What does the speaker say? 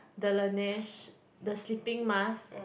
the Laneige the sleeping mask